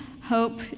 hope